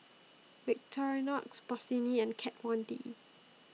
Victorinox Bossini and Kat Von D